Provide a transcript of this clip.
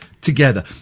together